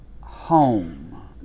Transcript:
home